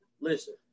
Listen